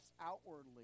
outwardly